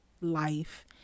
life